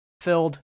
filled